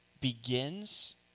begins